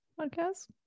podcast